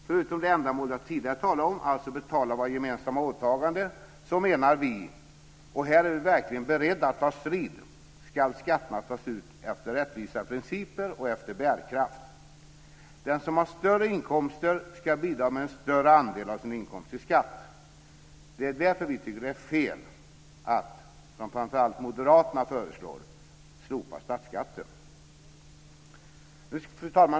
Förutom det ändamål som jag tidigare talade om, alltså att betala våra gemensamma åtaganden, menar vi socialdemokrater, och här är vi verkligen beredda att ta strid, att skatterna ska tas ut efter rättvisa principer och efter bärkraft. Den som har större inkomster ska bidra med en större andel av sin inkomst i skatt. Det är därför som vi tycker att det är fel att, som framför allt moderaterna föreslår, slopa statsskatten. Fru talman!